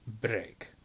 break